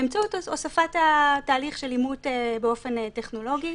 באמצעות הוספת התהליך של אימות באופן טכנולוגי.